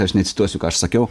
aš necituosiu ką aš sakiau